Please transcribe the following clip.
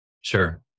Sure